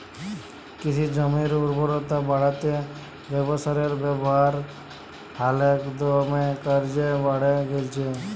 কিসি জমির উরবরতা বাঢ়াত্যে জৈব সারের ব্যাবহার হালে দমে কর্যে বাঢ়্যে গেইলছে